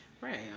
Right